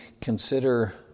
consider